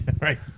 Right